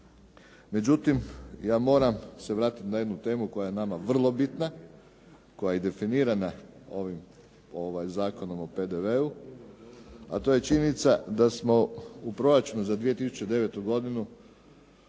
međutim ja moram se vratiti na jednu temu koja je nama vrlo bitna, koja je definirana ovim Zakonom o PDV-u, a to je činjenica da smo u proračunu za 2009. godinu